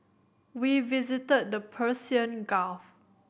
we visited the Persian Gulf